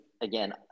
again